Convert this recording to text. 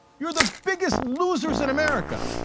you are the biggest losers in america.